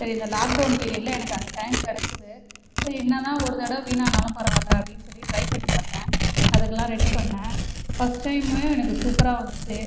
சரி இந்த லாக்டவுன் பீரியடில் எனக்கு அந்த டைம் கிடச்சிது ஸோ என்னன்னா ஒரு தடவை வீணானாலும் பரவாயில்ல அப்படின்னு சொல்லி ட்ரை பண்ணி பாத்தேன் அதுக்கெல்லாம் ரெடி பண்ணேன் ஃபஸ்ட் டைமே எனக்கு சூப்பராக வந்துச்சு